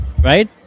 right